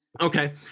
okay